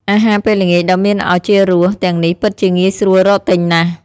អាហារពេលល្ងាចដ៏មានឱជារសទាំងនេះពិតជាងាយស្រួលរកទិញណាស់។